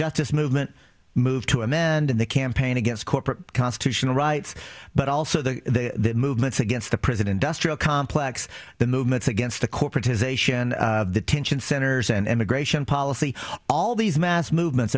justice movement move to a man in the campaign against corporate constitutional rights but also the movement against the president duster a complex the movement against the corporatization of the tension centers and immigration policy all these mass movements